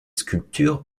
sculpture